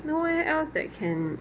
nowhere else that can